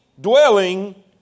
dwelling